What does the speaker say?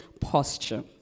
posture